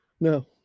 No